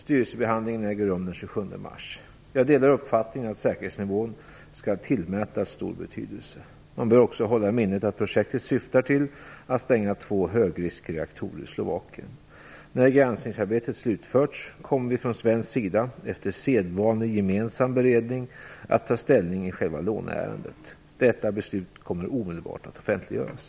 Styrelsebehandlingen äger rum den 27 mars. Jag delar uppfattningen att säkerhetsnivån skall tillmätas stor betydelse. Man bör också hålla i minnet att projektet syftar till att stänga två högriskreaktorer i När granskningsarbetet slutförts kommer vi från svensk sida, efter sedvanlig gemensam beredning, att ta ställning i själva låneärendet. Detta beslut kommer omedelbart att offentliggöras.